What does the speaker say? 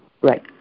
Right